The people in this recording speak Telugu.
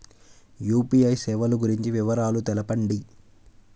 యూ.పీ.ఐ సేవలు గురించి వివరాలు తెలుపండి?